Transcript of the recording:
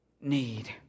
need